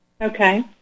Okay